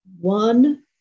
one